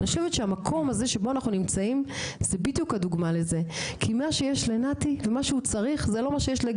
אנשים שנמצאים גם במצוקה וחלקם אולי ויתרו על היכולת להגיע אלינו